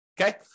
Okay